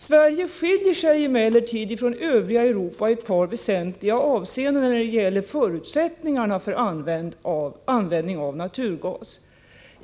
Sverige skiljer sig emellertid från övriga Europa i ett par väsentliga avseenden när det gäller förutsättningarna för användning av naturgas.